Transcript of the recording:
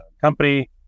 company